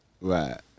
Right